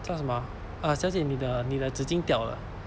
叫什么啊 uh 小姐你的你的纸巾掉了